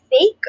fake